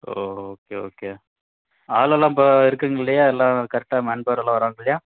ஓஓ okay okay அதுலலாம் இப்போ இருக்குங்குல்லையா எல்லா கரெக்டாக மேன்பவர் எல்லாம் வராங்கல்லையா